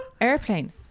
Airplane